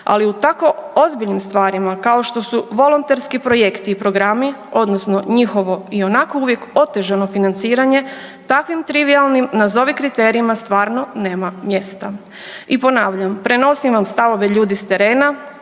ali u tako ozbiljnim stvarima kao što su volonterski projekti i programi odnosno njihovo i onako uvijek otežano financiranje, takvim trivijalnim nazovi kriterijima stvarno nema mjesta. I ponavljam, prenosim vam stavove ljudi s terena,